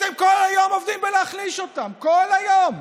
אתם כל היום עובדים על להחליש אותן, כל היום,